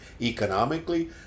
economically